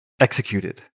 executed